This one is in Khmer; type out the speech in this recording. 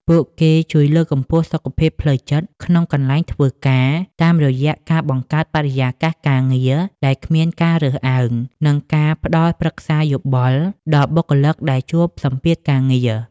ពួកគេជួយលើកកម្ពស់សុខភាពផ្លូវចិត្តក្នុងកន្លែងធ្វើការ តាមរយៈការបង្កើតបរិយាកាសការងារដែលគ្មានការរើសអើង និងការផ្ដល់ប្រឹក្សាយោបល់ដល់បុគ្គលិកដែលជួបសម្ពាធការងារ។